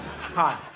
Hi